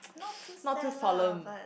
not too sad lah but